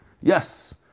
yes